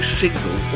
single